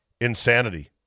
Insanity